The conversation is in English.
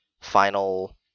final